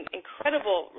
incredible